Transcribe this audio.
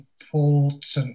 important